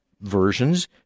versions